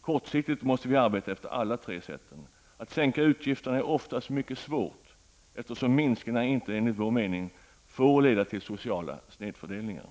Kortsiktigt måste vi arbeta efter alla tre metoderna. Att sänka utgifterna är oftast mycket svårt, eftersom minskningarna enligt vår mening inte får leda till sociala snedfördelningar.